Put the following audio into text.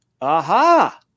aha